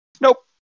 Nope